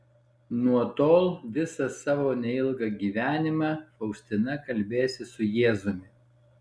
nuo tol visą savo neilgą gyvenimą faustina kalbėsis su jėzumi